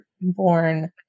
born